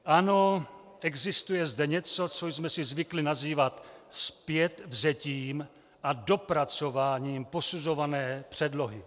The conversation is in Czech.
Ano, existuje zde něco, co jsme si zvykli nazývat zpětvzetím a dopracováním posuzované předlohy.